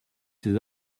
ces